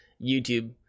youtube